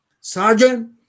Sergeant